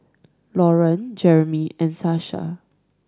Loran Jermey and Sasha